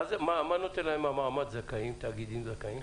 מה נותן להם המעמד "תאגידים זכאים"?